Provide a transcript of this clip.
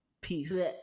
peace